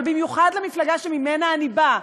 אבל במיוחד למפלגה שממנה אני באה,